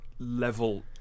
Level